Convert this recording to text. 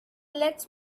let